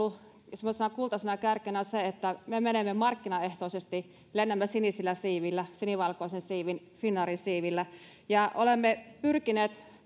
ajan ollut semmoisena kultaisena kärkenä se että me menemme markkinaehtoisesti lennämme sinisillä siivillä sinivalkoisin siivin finnairin siivillä ja olemme pyrkineet